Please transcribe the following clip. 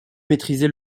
maîtriser